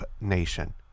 Nation